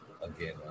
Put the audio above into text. again